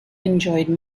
enjoyed